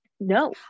No